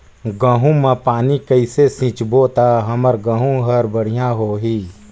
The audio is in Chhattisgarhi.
गहूं म पानी कइसे सिंचबो ता हमर गहूं हर बढ़िया होही?